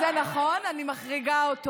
אלחרומי נפל בקרב, זה נכון, אני מחריגה אותו.